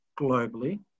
globally